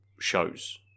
shows